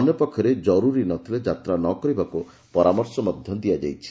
ଅନ୍ୟପକ୍ଷରେ ଜରୁରୀ ନ ଥିଲେ ଯାତ୍ରା ନ କରିବାକୁ ପରାମର୍ଶ ମଧ୍ଯ ଦିଆଯାଇଛି